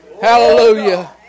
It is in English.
Hallelujah